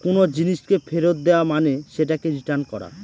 কোনো জিনিসকে ফেরত দেওয়া মানে সেটাকে রিটার্ন করা